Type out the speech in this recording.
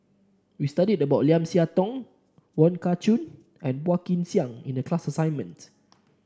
we studied about Lim Siah Tong Wong Kah Chun and Phua Kin Siang in the class assignment